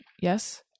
yes